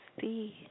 See